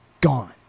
gone